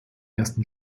ersten